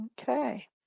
Okay